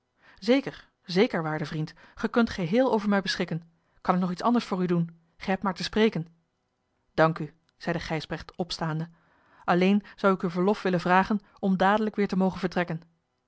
zeker zeker waarde vriend ge kunt geheel over mij beschikken kan ik nog iets anders voor u doen ge hebt maar te spreken dank u zeide gijsbrecht opstaande alleen zou ik u verlof willen vragen om dadelijk weer te mogen vertrekken